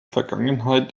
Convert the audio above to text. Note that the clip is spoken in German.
vergangenheit